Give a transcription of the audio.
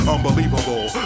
Unbelievable